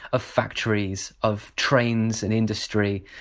of factories, of trains and industry,